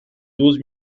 douze